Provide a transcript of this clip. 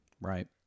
Right